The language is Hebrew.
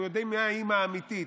יודעים מי האימא האמיתית.